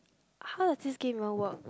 how does this game even work